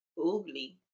ugly